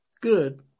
Good